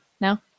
no